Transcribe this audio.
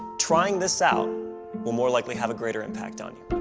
trying this out will more likely have a greater impact on you.